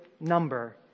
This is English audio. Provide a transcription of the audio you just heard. number